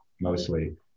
mostly